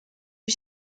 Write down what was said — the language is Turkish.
bir